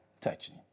touching